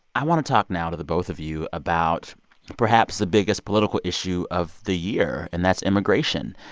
i want to talk now to the both of you about perhaps the biggest political issue of the year, and that's immigration.